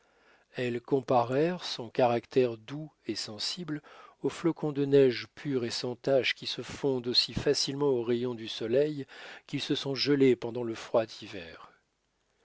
elles comparèrent son caractère doux et sensible aux flocons de neige purs et sans tache qui se fondent aussi facilement aux rayons du soleil qu'ils se sont gelés pendant le froid hiver